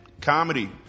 Comedy